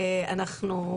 אנחנו,